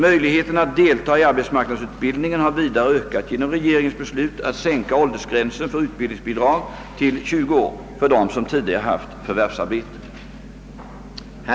Möjligheterna att delta i arbetsmarknadsutbildningen har vidare ökat genom regeringens beslut att sänka åldersgränsen för utbildningsbidrag till 20 år för dem som tidigare haft förvärvsarbete.